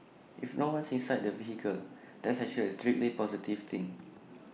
if no one's inside the vehicle that's actually A strictly positive thing